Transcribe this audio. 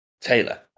Taylor